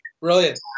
Brilliant